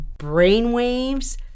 brainwaves